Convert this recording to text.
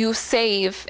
you save